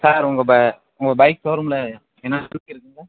sir உங்கள் ப உங்கள் பைக் ஷோரூமில் என்னென்ன பைக் இருக்குங்க